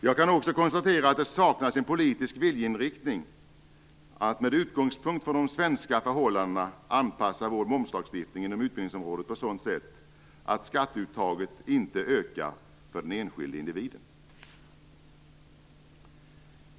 Jag kan också konstatera att det saknas en politisk viljeinriktning att med utgångspunkt från de svenska förhållandena anpassa vår momslagstiftning inom utbildningsområdet på ett sådant sätt att skatteuttaget inte ökar för den enskilde individen.